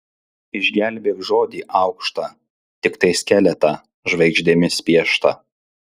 išgelbėk žodį aukštą tiktai skeletą žvaigždėmis pieštą